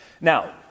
Now